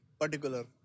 particular